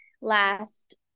last